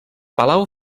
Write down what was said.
palau